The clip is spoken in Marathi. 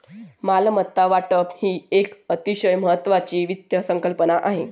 मालमत्ता वाटप ही एक अतिशय महत्वाची वित्त संकल्पना आहे